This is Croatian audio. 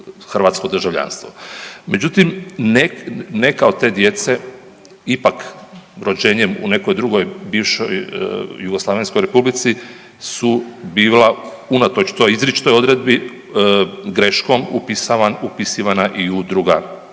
hrvatsko državljanstvo. Međutim, neka od te djece ipak rođenjem u nekoj drugoj bivšoj jugoslavenskoj republici su bila unatoč toj izričitoj odredbi greškom upisivana i u druga